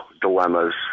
dilemmas